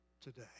today